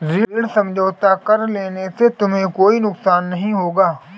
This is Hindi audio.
ऋण समझौता कर लेने से तुम्हें कोई नुकसान नहीं होगा